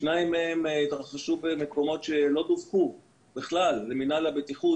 שניים מהם התרחשו במקומות שלא דווחו בכלל למינהל הבטיחות,